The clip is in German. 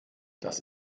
das